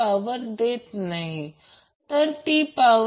त्याचप्रमाणे Ic Ia angle 120 o ते 297